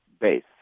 base